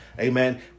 Amen